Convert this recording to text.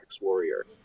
Warrior